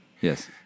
Yes